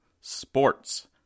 Sports